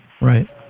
Right